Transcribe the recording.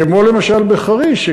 כמו למשל בחריש.